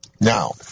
Now